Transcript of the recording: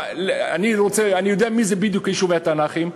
אני יודע בדיוק מה זה יישובי התענכים,